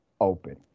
open